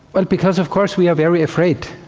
well, because of course we are very afraid.